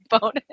bonus